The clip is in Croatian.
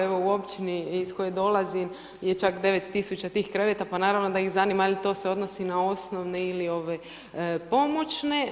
Evo u općini iz koje dolazim je čak 9 tisuća tih kreveta, pa naravno da ih zanima je li to se odnosi na osnovne ili pomoćne.